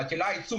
היא מטילה עיצום,